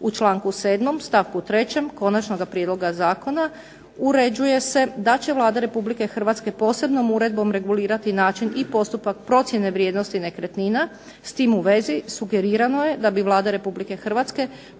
U članku 7. stavku 3. konačnoga prijedloga zakona, uređuje se da će Vlada Republike Hrvatske posebnom uredbom regulirati i način i postupak procjene vrijednosti nekretnina. S tim u vezi sugerirano je da bi Vlada Republike Hrvatske